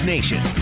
Nation